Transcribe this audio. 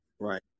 Right